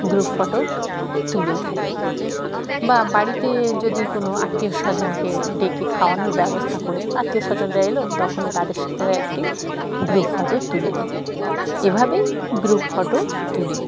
group photo তুলে থাকি বা বাড়িতে যদি কোনো আত্মীয় স্বজনকে ডেকে খাওয়ানোর ব্যবস্থা করি আত্মীয় স্বজনরা এলো তখনও তাদের সাথেও একটি গ্রুপ ফটো তুলে নিই এভাবেই গ্রুপ ফটো তুলি